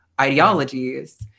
ideologies